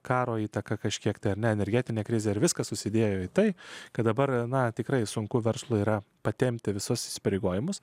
karo įtaka kažkiek dar ne energetinė krizė ar viskas susidėjo į tai kad dabar na tikrai sunku verslui yra patempti visus spėliojimus